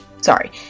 Sorry